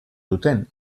duten